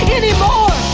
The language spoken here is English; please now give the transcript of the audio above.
anymore